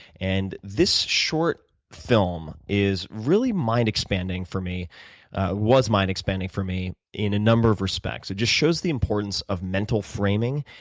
and this short film is really mind expanding for me. it was mind expanding for me in a number of respects. it just shows the importance of mental framing,